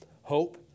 Hope